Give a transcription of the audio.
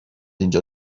اینجا